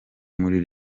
muri